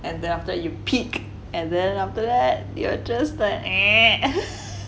and then after that you peak and then after that you are just the